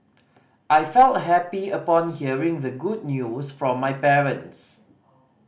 I felt happy upon hearing the good news from my parents